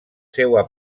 seua